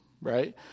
right